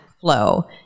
flow